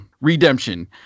redemption